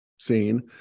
Seen